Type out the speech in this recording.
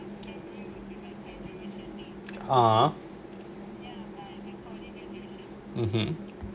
ah mmhmm